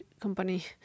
company